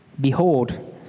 Behold